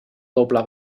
doble